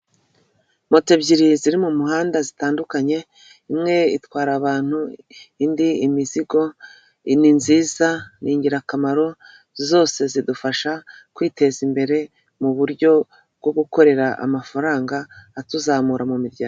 Moto ebyiri ziri mu muhanda zitandukanye imwe itwara abantu indi imizigo ni nziza ni ingirakamaro zose zidufasha kwiteza imbere mu buryo bwo gukorera amafaranga atuzamura mu miryango.